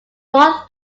both